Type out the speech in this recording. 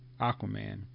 Aquaman